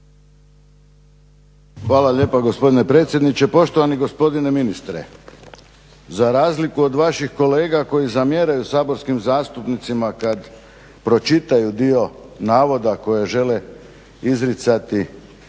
Hvala lijepo gospodine predsjedniče. Poštovani gospodine ministre, za razliku od vaših kolega koji zamjeraju saborskim zastupnicima kada pročitaju dio navoda koje žele izricati